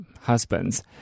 husbands